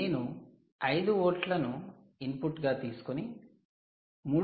నేను 5 వోల్ట్లను ఇన్పుట్గా తీసుకొని 3